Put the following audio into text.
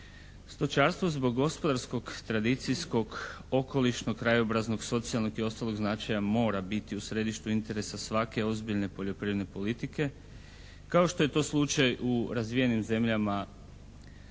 Stočarstvo zbog gospodarskog tradicijskog okolišnog, krajobraznog, socijalnog i ostalog značaja mora biti u središtu interesa svake ozbiljne poljoprivredne politike kao što je to slučaj u razvijenim zemljama